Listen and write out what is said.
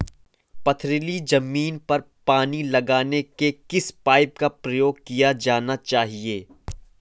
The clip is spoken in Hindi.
पथरीली ज़मीन पर पानी लगाने के किस पाइप का प्रयोग किया जाना चाहिए?